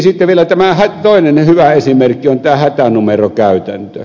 sitten vielä toinen hyvä esimerkki on tämä hätänumerokäytäntö